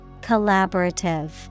Collaborative